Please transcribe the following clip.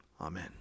Amen